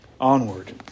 onward